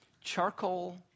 Charcoal